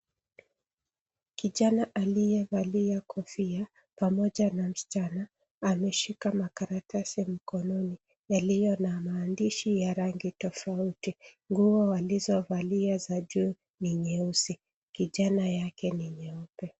Kijana aliyevalia kofia pamoja na msichana, ameshika makaratasi mkononi, yaliyo na maandishi ya rangi tofauti. Nguo walizovalia za juu ni nyeusi, kijana yake ni nyeupe.